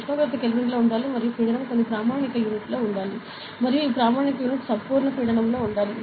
ఉష్ణోగ్రత కెల్విన్లో ఉండాలి మరియు పీడనం కొన్ని ప్రామాణిక యూనిట్లో ఉండాలి మరియు ఈ ప్రామాణిక యూనిట్ సంపూర్ణ పీడనంలో ఉండాలి